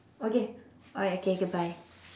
okay alright okay okay bye